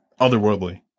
otherworldly